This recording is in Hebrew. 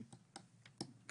29 ביוני 2022,